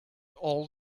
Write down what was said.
all